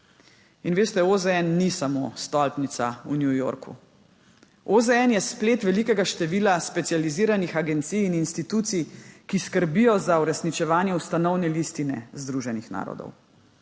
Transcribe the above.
In veste, OZN ni samo stolpnica v New Yorku, OZN je splet velikega števila specializiranih agencij in institucij, ki skrbijo za uresničevanje Ustanovne listine Združenih narodov.